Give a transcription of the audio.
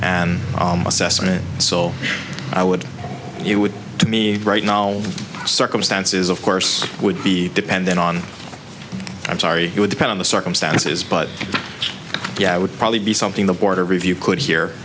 assessment so i would you would to me right now circumstances of course would be dependent on i'm sorry it would depend on the circumstances but yeah i would probably be something the board of review could he